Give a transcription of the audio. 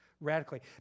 radically